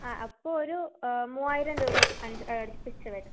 ആ അപ്പോൾ ഒരു മൂവായിരം രൂപക്ക് അടുപ്പിച്ച് വരും